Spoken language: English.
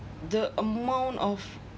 the amount of